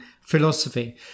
philosophy